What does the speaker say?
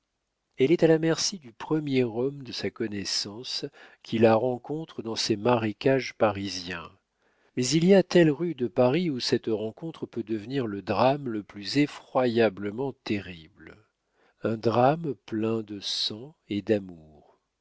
elle est à la merci du premier homme de sa connaissance qui la rencontre dans ces marécages parisiens mais il y a telle rue de paris où cette rencontre peut devenir le drame le plus effroyablement terrible un drame plein de sang et d'amour